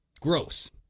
gross